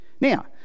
Now